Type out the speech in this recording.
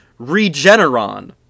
Regeneron